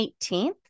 18th